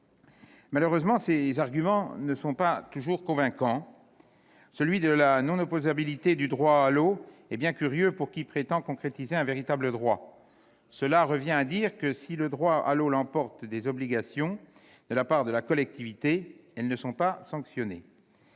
Malheureusement, ces arguments ne sont pas convaincants. Celui de la non-opposabilité du droit à l'eau est bien curieux pour qui prétend concrétiser un véritable droit. Cela revient à dire que, si le droit à l'eau emporte des obligations de la part de la collectivité, elles ne seront pas sanctionnées.